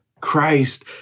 Christ